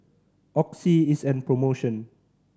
Oxy is on promotion